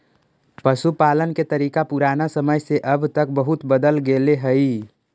पशुपालन के तरीका पुराना समय से अब तक बहुत बदल गेले हइ